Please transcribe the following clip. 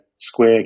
square